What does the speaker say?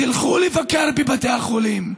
תלכו לבקר בבתי החולים,